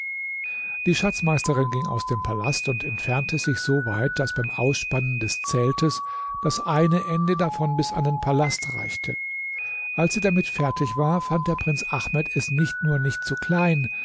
die schatzmeisterin ging aus dem palast und entfernte sich so weit daß beim ausspannen des zeltes das eine ende davon bis an den palast reichte als sie damit fertig war fand der prinz ahmed es nicht nur nicht zu klein